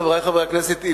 חברי חברי הכנסת,